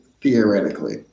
theoretically